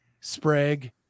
Sprague